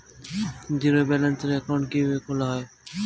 Zero balance account কিভাবে খোলা হয়?